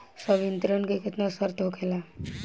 संवितरण के केतना शर्त होखेला?